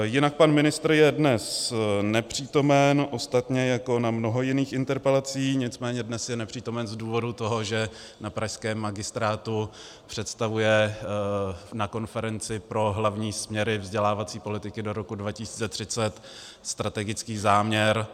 Jinak pan ministr je dnes nepřítomen, ostatně jako na mnoha jiných interpelacích, nicméně dnes je nepřítomen z důvodu toho, že na pražském magistrátu představuje na konferenci pro hlavní směry vzdělávací politiky do roku 2030 strategický záměr.